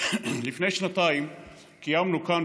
לפני שנתיים קיימנו כאן,